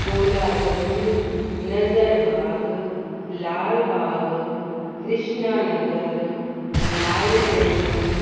Golaganj Nazarbagh Lalbagh Krishna Nagar mall Avenue